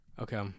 Okay